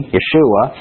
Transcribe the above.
Yeshua